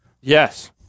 Yes